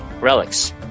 relics